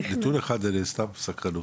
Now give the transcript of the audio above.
נתון אחד, סתם סקרנות.